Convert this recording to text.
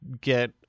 get